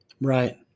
right